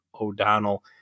O'Donnell